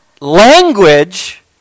language